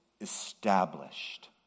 established